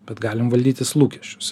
bet galim valdytis lūkesčius